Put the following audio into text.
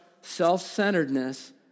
self-centeredness